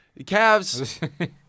Cavs